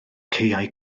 caeau